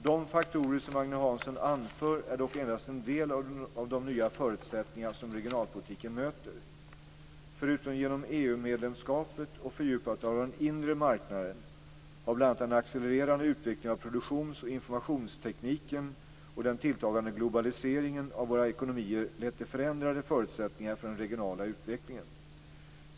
De faktorer som Agne Hansson anför är dock endast en del av de nya förutsättningar som regionalpolitiken möter. Förutom genom EU-medlemskapet och fördjupandet av den inre marknaden, har bl.a. den accelererande utvecklingen av produktions och informationstekniken och den tilltagande globaliseringen av våra ekonomier lett till förändrade förutsättningar för den regionala utvecklingen.